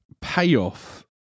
payoff